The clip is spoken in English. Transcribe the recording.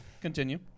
Continue